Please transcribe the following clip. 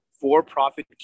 for-profit